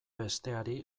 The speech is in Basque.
besteari